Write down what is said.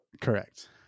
Correct